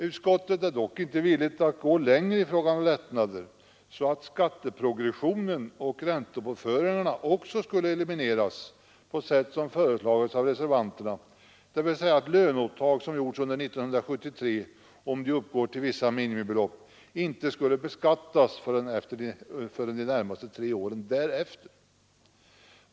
Utskottet är dock inte villigt att gå så långt i fråga om lättnader att verkningarna av skatteprogressionen och räntepåföringarna också skulle elimineras på det sätt som föreslagits av reservanterna, dvs. genom att löneuttag som gjorts under 1973 om de uppgår till vissa minimibelopp inte skulle beskattas förrän de närmaste tre åren därefter.